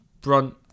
Brunt